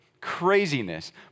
Craziness